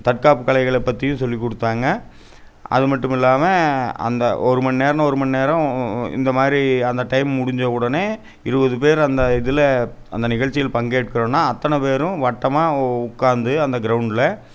தற்காப்பு கலைகளை பற்றியும் சொல்லிக் கொடுத்தாங்க அது மட்டும் இல்லாமல் அந்த ஒரு மணி நேரம்னா ஒரு மணி நேரம் இந்த மாதிரி அந்த டைம் முடிஞ்ச உடனே இருபது பேர் அந்த இதில் அந்த நிகழ்ச்சியில் பங்கேற்கிறோனா அத்தனை பேரும் வட்டமாக உட்காந்து அந்த க்ரவுண்டில்